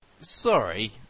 Sorry